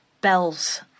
bells